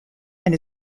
and